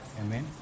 Amen